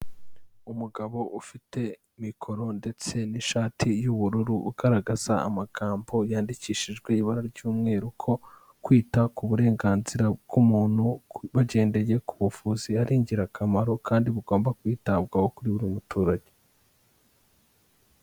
Umugabo ufite mikoro ndetse n'ishati y'ubururu, ugaragaza amagambo yandikishijwe ibara ry'umweru ko kwita ku burenganzira bw'umuntu bugendeye ku buvuzi ari ingirakamaro kandi bugomba kwitabwaho kuri buri muturage.